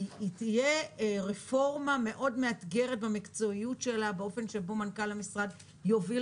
והיא תהיה רפורמה מאוד מאתגרת במקצועיות שלה באופן שבו מנכ"ל המשרד יוביל